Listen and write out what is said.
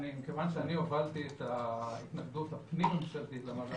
מכיוון שאני הובלתי את התנגדות הפנים של תיק המאגר